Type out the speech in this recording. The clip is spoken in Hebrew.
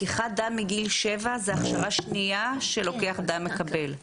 לקיחת דם מגיל שבע זו ההכשרה השנייה שלוקח דם מקבל;